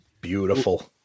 Beautiful